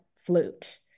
flute